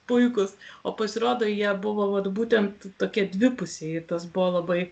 puikūs o pasirodo jie buvo vat būtent tokie dvipusiai ir tas buvo labai